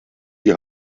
die